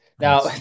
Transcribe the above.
now